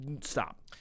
Stop